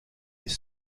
les